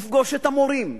ופגוש את המורים,